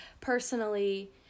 personally